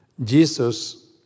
Jesus